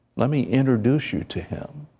let me introduce you to him.